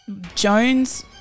Jones